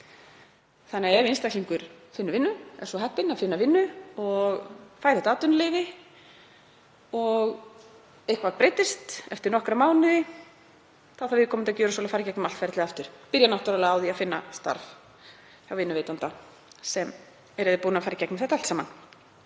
Þannig að ef einstaklingur finnur vinnu, er svo heppinn að finna vinnu, og fær þetta atvinnuleyfi en eitthvað breytist eftir nokkra mánuði þá þarf viðkomandi að gjöra svo að fara í gegnum allt ferlið aftur og byrja náttúrlega á því að finna starf hjá vinnuveitanda sem er reiðubúinn að fara í gegnum þetta allt saman.